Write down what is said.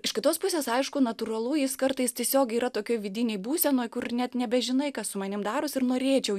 iš kitos pusės aišku natūralu jis kartais tiesiog yra tokioj vidinėj būsenoj kur net nebežinai kas su manim daros ir norėčiau